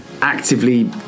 actively